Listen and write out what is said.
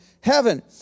heaven